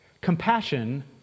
compassion